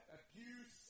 abuse